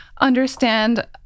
understand